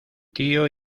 tío